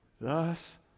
Thus